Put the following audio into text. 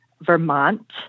Vermont